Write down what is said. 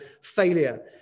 failure